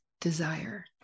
desire